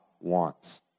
wants